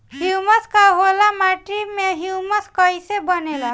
Humus का होला माटी मे ह्यूमस कइसे बनेला?